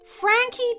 Frankie